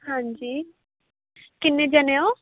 ਹਾਂਜੀ ਕਿੰਨੇ ਜਣੇ ਹੋ